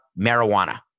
marijuana